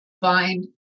find